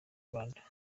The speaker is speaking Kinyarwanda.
rwanda